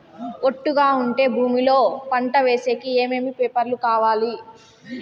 ఒట్టుగా ఉండే భూమి లో పంట వేసేకి ఏమేమి పేపర్లు కావాలి?